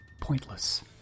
pointless